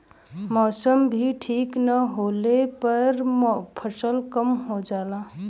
मौसम भी ठीक न होले पर फसल कम हो जाला